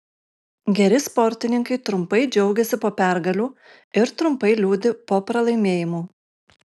geri sportininkai trumpai džiaugiasi po pergalių ir trumpai liūdi po pralaimėjimų